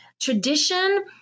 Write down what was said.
tradition